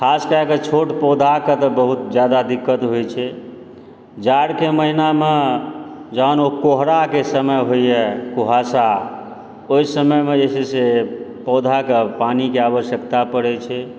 खास कएके छोट पौधाके तऽ बहुत जादा दिक्कत होइ छै जाड़के महीनामऽ जहन ओ कोहराके समय होइए कुहासा ओहि समयमे जे छै से पौधाके पानीके आवश्यकता पड़य छै